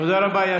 תודה רבה.